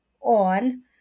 on